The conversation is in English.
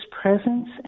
presence